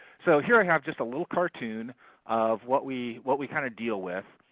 so here i have just a little cartoon of what we what we kind of deal with.